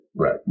Right